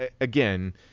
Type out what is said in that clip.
again